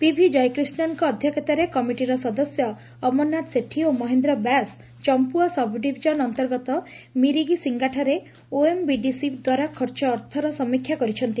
PV କ୍ୟକ୍ରିଷ୍ଟନଙ୍କ ଅଧ୍ୟକ୍ଷତାରେ କମିଟିର ସଦସ୍ୟ ଅମରନାଥ ସେଠୀ ଓ ମହେନ୍ଦ୍ର ବ୍ୟାସ ଚମ୍ମୁଆ ସବ୍ଡିଭିଜନ ଅନ୍ତର୍ଗତ ମିରିଗିସିଙ୍ଙାଠାରେ ଓଏମ୍ବିଇଡିସି ଦ୍ୱାରା ଖର୍ଚ୍ଚ ଅର୍ଥର ସମୀକ୍ଷା କରିଛନ୍ତି